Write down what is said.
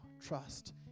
trust